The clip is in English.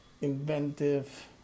inventive